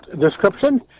description